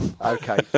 okay